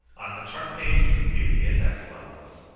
on the chart page you can view the index levels